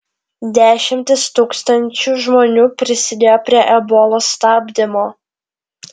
dešimtys tūkstančių žmonių prisidėjo prie ebolos stabdymo